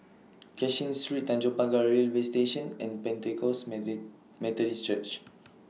Cashin Street Tanjong Pagar Railway Station and Pentecost medic Methodist Church